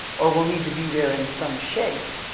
or we'll need to be there in some shape.